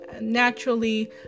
naturally